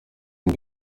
ngo